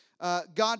God